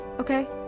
okay